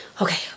Okay